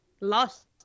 lost